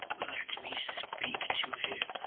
let me speak to him.